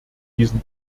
diesen